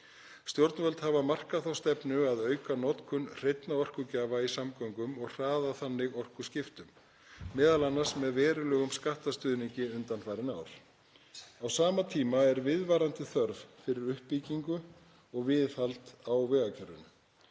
Stjórnvöld hafa markað þá stefnu að auka notkun hreinna orkugjafa í samgöngum og hraða þannig orkuskiptum, m.a. með verulegum skattastuðningi undanfarin ár. Á sama tíma er viðvarandi þörf fyrir uppbyggingu og viðhald á vegakerfinu.